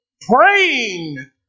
praying